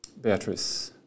Beatrice